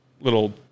little